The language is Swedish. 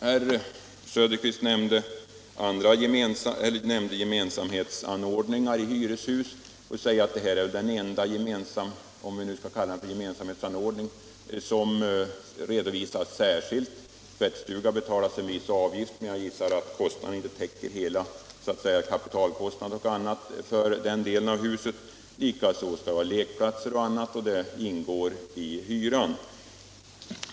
Herr Söderqvist nämnde andra gemensamhetsanordningar i hyreshus och sade att detta är den enda gemensamhetsanordning som redovisas särskilt. För tvättstugor betalas en viss avgift, men jag gissar att den avgiften inte täcker hela kostnaden, t.ex. kapitalkostnaden, för den delen av huset. Den ingår liksom kostnaden för lekplatser i hyran.